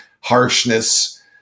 harshness